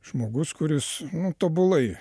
žmogus kuris tobulai